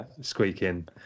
squeaking